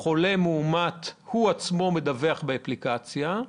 שהחולה המאומת עצמו מדווח באפליקציה,